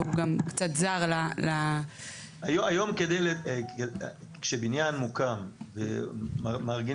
והוא קצת זר --- היום כשבניין מוקם ומתכננים